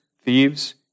thieves